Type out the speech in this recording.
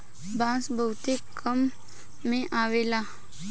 बांस बहुते काम में अवेला